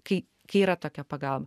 kai kai yra tokia pagalba